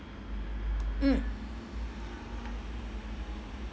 mm